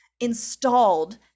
installed